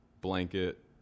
blanket